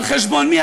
על חשבון מי?